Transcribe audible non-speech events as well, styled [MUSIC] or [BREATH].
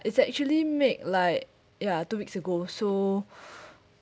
it's actually make like ya two weeks ago so [BREATH]